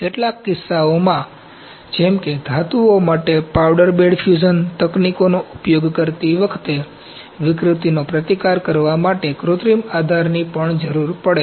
કેટલાક કિસ્સાઓમાં જેમ કે ધાતુઓ માટે પાવડર બેડ ફ્યુઝન તકનીકોનો ઉપયોગ કરતી વખતે વિકૃતિનો પ્રતિકાર કરવા માટે કૃત્રિમ આધારની પણ જરૂર પડે છે